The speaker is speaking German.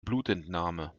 blutentnahme